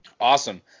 Awesome